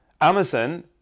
Amazon